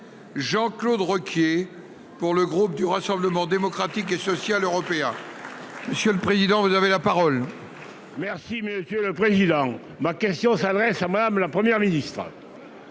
Jean-Claude Requier pour le groupe du Rassemblement démocratique et social européen. Monsieur le président vous avez la parole.-- Merci monsieur le président, ma question s'adresse à Madame, la Première ministre.